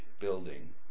building